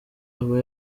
aba